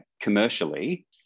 commercially